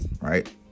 Right